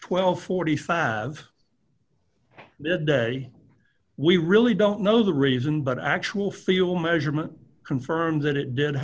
and forty five the day we really don't know the reason but actual feel measurement confirms that it did